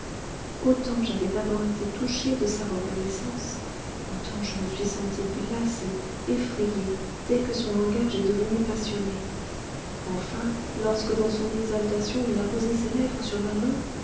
autant j'avais d'abord été touchée de sa reconnaissance autant je me suis sentie glacée effrayée dès que son langage est devenu passionné enfin lorsque dans son exaltation il a posé ses lèvres sur ma main